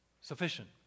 sufficient